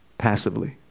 Passively